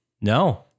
No